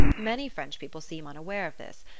many french people seem unaware of this.